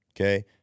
Okay